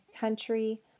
country